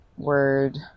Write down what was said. word